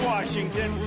Washington